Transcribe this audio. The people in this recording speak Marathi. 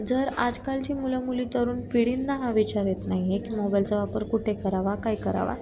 जर आजकालची मुलं मुली तरुण पिढींना हा विचार येत नाही आहे की मोबाईलचा वापर कुठे करावा काय करावा